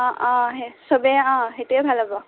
অঁ অঁ সেই চবে অঁ সেইটোৱেই ভাল হ'ব